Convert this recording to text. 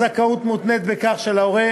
קובע את זכאותו של עובד להיעדר על חשבון תקופת